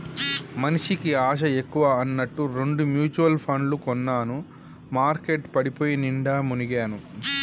మనిషికి ఆశ ఎక్కువ అన్నట్టు రెండు మ్యుచువల్ పండ్లు కొన్నాను మార్కెట్ పడిపోయి నిండా మునిగాను